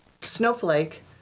snowflake